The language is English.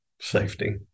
safety